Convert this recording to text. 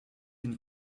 une